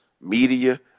media